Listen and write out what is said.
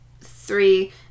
three